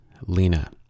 Lena